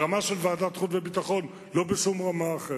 ברמה של ועדת החוץ והביטחון, לא בשום רמה אחרת.